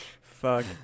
Fuck